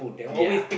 ya